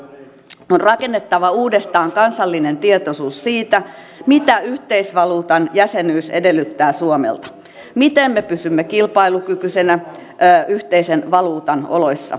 on rakennettava uudestaan kansallinen tietoisuus siitä mitä yhteisvaluutan jäsenyys edellyttää suomelta miten me pysymme kilpailukykyisenä yhteisen valuutan oloissa